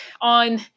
On